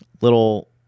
little